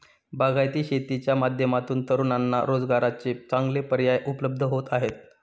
बागायती शेतीच्या माध्यमातून तरुणांना रोजगाराचे चांगले पर्याय उपलब्ध होत आहेत